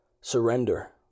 surrender